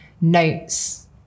notes